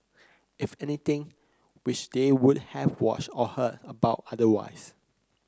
if anything which they would have watched or heard about otherwise